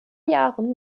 jahren